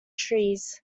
trees